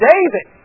David